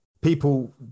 people